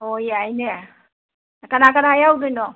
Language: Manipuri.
ꯍꯣꯏ ꯌꯥꯏꯅꯦ ꯀꯅꯥ ꯀꯅꯥ ꯌꯥꯎꯗꯣꯏꯅꯣ